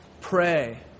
pray